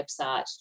website